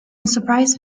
surprise